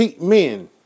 men